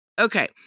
Okay